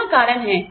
यहाँ कारण हैं